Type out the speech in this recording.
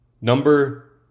Number